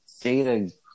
data